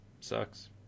Sucks